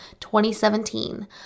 2017